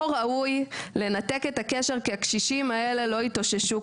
ראוי לנתק את הקשר כי הקשישים האלה לא יתאוששו.